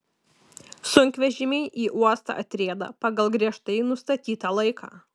sunkvežimiai į uostą atrieda pagal griežtai nustatytą laiką